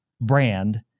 brand